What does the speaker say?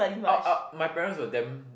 oh oh my parents were damn